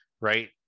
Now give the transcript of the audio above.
right